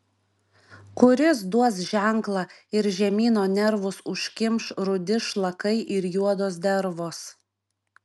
kuris duos ženklą ir žemyno nervus užkimš rudi šlakai ir juodos dervos